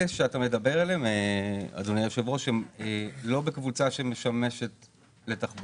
אלה שאתה מדבר עליהם הם לא בקבוצה שמשמשת לתחבורה,